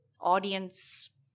audience